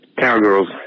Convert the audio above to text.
cowgirls